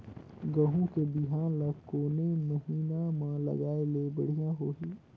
गहूं के बिहान ल कोने महीना म लगाय ले बढ़िया होही?